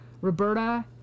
Roberta